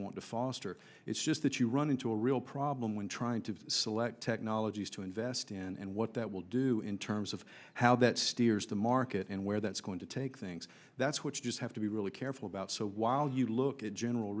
want to foster it's just that you run into a real problem when trying to select technologies to invest and what that will do in terms of how that steers the market and where that's going to take things that's what you have to be really careful about so while you look at general